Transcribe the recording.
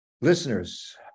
Listeners